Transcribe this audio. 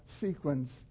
sequence